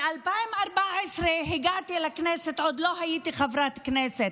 ב-2014 הגעתי לכנסת, עוד לא הייתי חברת כנסת,